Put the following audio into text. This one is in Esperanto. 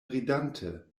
ridante